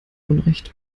unrecht